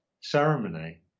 ceremony